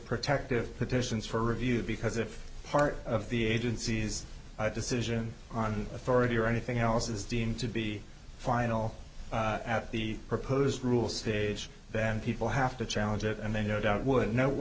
protective petitions for review because if part of the agency's decision on authority or anything else is deemed to be final at the proposed rule stage then people have to challenge it and they no doubt would know